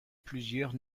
plusieurs